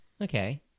Okay